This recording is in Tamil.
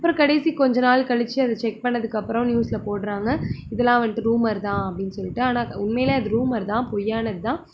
அப்புறம் கடைசி கொஞ்சம் நாள் கழிச்சி அதை செக் பண்ணதுக்கு அப்புறம் நியூஸில் போடுறாங்க இதெல்லாம் வந்துட்டு ரூமர் தான் அப்படின்னு சொல்லிவிட்டு ஆனால் உண்மையிலேயே அது ரூமர் தான் பொய்யானதுதான்